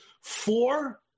four